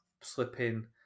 slipping